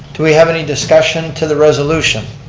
do we have any discussion to the resolution?